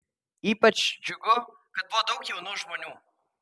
ypač džiugų kad buvo daug jaunų žmonių